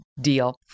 deal